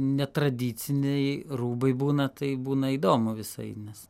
netradiciniai rūbai būna tai būna įdomu visai nes